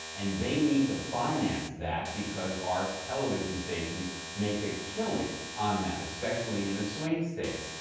and they need to finance that because our television stations make a killing on that. especially in the swing states.